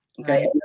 Okay